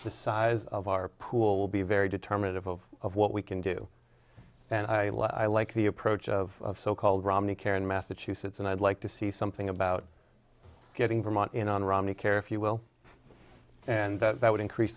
s the size of our pool will be very determinant of of of what we can do and i i like the approach of so called romney care in massachusetts and i'd like to see something about getting vermont in on romney care if you will and that would increase